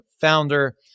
founder